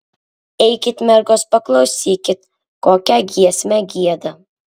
eikit mergos paklausykit kokią giesmę gieda